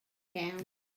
gown